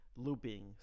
Looping